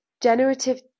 generative